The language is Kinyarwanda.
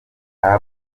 abu